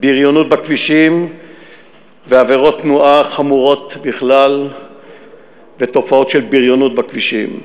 בריונות בכבישים ועבירות תנועה חמורות בכלל ותופעות של בריונות בכבישים.